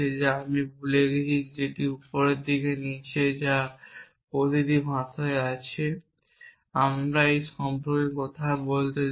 যা আমি এখানে ভুলে গেছি যেটি উপরের দিকে নীচে যা প্রতিটি ভাষায় আছে আমাকে এটি সম্পর্কে কথা বলতে দিন